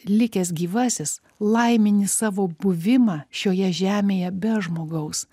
likęs gyvasis laimini savo buvimą šioje žemėje be žmogaus